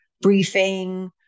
briefing